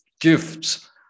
gifts